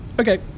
okay